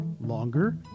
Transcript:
longer